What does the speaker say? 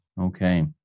Okay